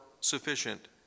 sufficient